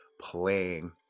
playing